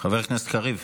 חבר הכנסת קריב,